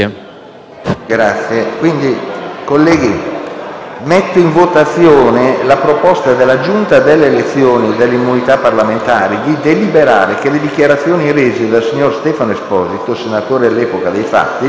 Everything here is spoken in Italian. votazione nominale con scrutinio simultaneo della proposta della Giunta delle elezioni e delle immunità parlamentari di deliberare che le dichiarazioni rese dal signor Stefano Esposito, senatore all'epoca dei fatti,